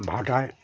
ভাঁটায়